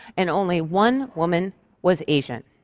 and only one woman was asian.